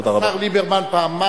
תודה רבה.